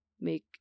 make